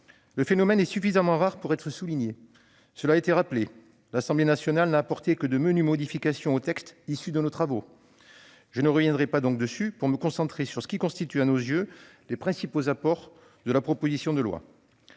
Le phénomène est suffisamment rare pour être souligné. Cela a été rappelé, l'Assemblée nationale n'a apporté que de menues modifications au texte issu de nos travaux. Je n'y reviendrai donc pas, pour me concentrer sur ce qui constitue à nos yeux les principaux apports de la proposition de loi.